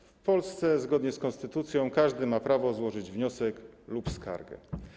W Polsce zgodnie z konstytucją każdy ma prawo złożyć wniosek lub skargę.